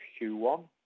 q1